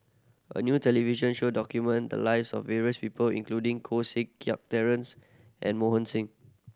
a new television show documented the lives of various people including Koh Seng Kiat Terence and Mohan Singh